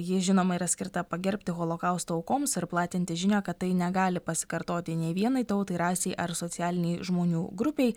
ji žinoma yra skirta pagerbti holokausto aukoms ir platinti žinią kad tai negali pasikartoti nei vienai tautai rasei ar socialinei žmonių grupei